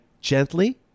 gently